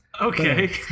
Okay